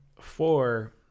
four